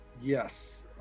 Yes